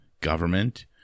government